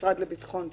המשרד לביטחון פנים.